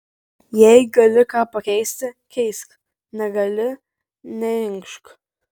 jei gali ką pakeisti keisk negali neinkšk